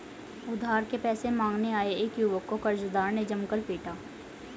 उधार के पैसे मांगने आये एक युवक को कर्जदार ने जमकर पीटा